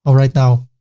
ah right now,